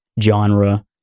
genre